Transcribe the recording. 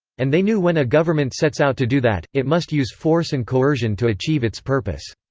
and they knew when a government sets out to do that, it must use force and coercion to achieve its purpose.